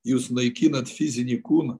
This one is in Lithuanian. jūs naikinat fizinį kūną